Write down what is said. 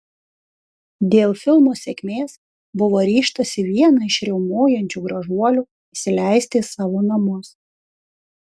dėl filmo sėkmės buvo ryžtasi vieną iš riaumojančių gražuolių įsileisti į savo namus